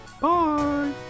Bye